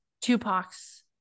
Tupac's